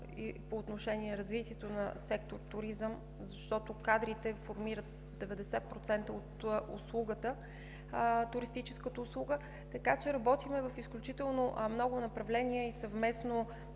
важно за развитието на сектор „Туризъм“, защото кадрите формират 90% от туристическата услуга. Работим в изключително много направления и съвместно